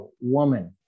woman